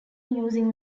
using